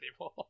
anymore